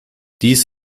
dies